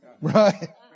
Right